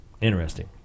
Interesting